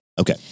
Okay